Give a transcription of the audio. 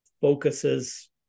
focuses